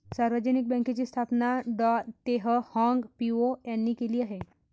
सार्वजनिक बँकेची स्थापना डॉ तेह हाँग पिओ यांनी केली आहे